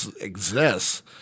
exists